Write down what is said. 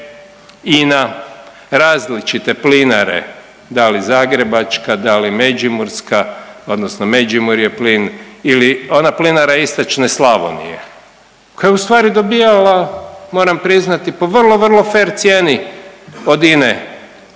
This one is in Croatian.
INA, različite plinare da li zagrebačka, da li međimurska odnosno Međimurje plin ili ona plinara istočne Slavonije koja je ustvari dobivala moram priznati po vrlo, vrlo fer cijeni od INA-e